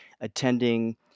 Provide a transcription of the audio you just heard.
attending